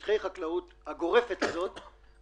ויותר ממוקד בפצועים קשה,